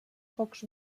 pocs